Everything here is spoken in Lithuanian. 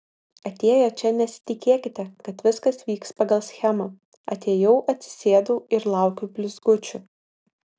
atėję čia nesitikėkite kad viskas vyks pagal schemą atėjau atsisėdau ir laukiu blizgučių